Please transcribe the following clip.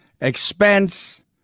expense